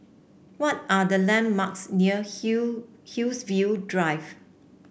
what are the landmarks near Haig Haigsville Drive